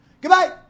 Goodbye